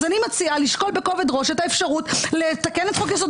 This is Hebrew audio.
אז אני מציעה לשקול בכובד ראש את האפשרות לתקן את חוק-יסוד: